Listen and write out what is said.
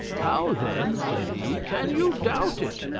how then, said he, can you doubt it?